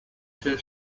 two